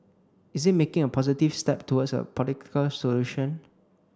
is it making a positive step towards a political solution